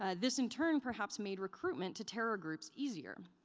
ah this in turn perhaps made recruitment to terror groups easier,